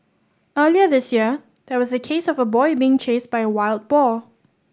earlier this year there was a case of a boy being chased by a wild boar